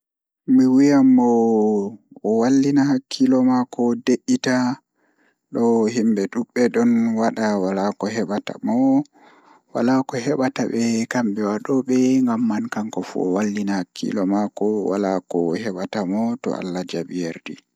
Mi wiyan mo o wallina hakkiilo mako o de'ita ɗo himɓe duɓɓe ɗon waɗa Wala ko heɓataɓe kamɓe waɗoɓe ngamman kamkofu o wallina hakkiilo mako Wala ko heɓata mo to Allah jaɓi yerdi